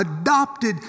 adopted